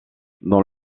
dans